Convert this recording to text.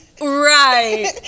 right